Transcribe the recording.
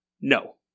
no